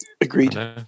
Agreed